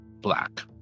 black